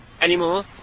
anymore